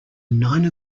nine